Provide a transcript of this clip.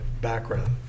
background